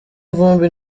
vumbi